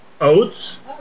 Oats